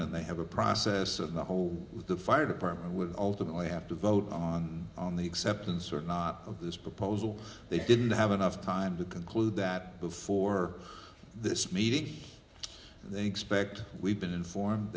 and they have a process of the whole with the fire department would ultimately have to vote on on the acceptance or not of this proposal they didn't have enough time to conclude that before this meeting they expect we've been informed